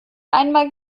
einmal